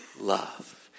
love